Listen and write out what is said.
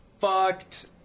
fucked